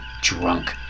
drunk